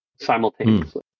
simultaneously